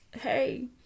hey